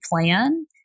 plan